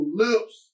lips